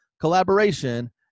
collaboration